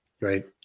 Right